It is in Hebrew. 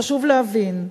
"חשוב להבין,